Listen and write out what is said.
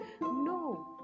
No